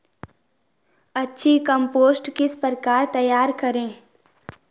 अच्छी कम्पोस्ट किस प्रकार तैयार करें?